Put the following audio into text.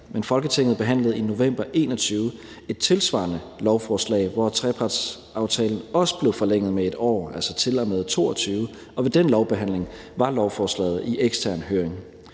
Men Folketinget behandlede i november 2021 et tilsvarende lovforslag, hvor trepartsaftalen også blev forlænget med 1 år, altså til og med 2022, og ved den lovbehandling var lovforslaget i ekstern høring.